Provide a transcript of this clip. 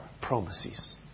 promises